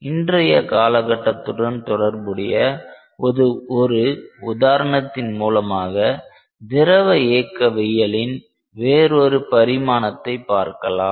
இன்றைய காலகட்டத்துடன் தொடர்புடைய ஒரு உதாரணத்தின் மூலமாக திரவ இயக்கவியலின் வேறொரு பரிமாணத்தை பார்க்கலாம்